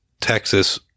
Texas